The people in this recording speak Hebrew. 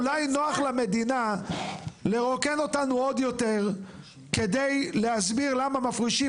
אולי נוח למדינה לרוקן אותנו עוד יותר כדי להסביר למה מפרישים